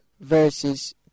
verses